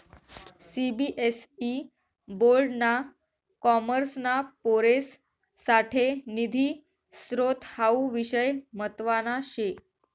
CBSE board ना कॉमर्सना पोरेससाठे निधी स्त्रोत हावू विषय म्हतवाना शे